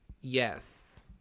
yes